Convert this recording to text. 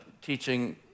teaching